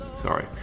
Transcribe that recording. sorry